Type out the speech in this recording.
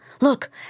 Look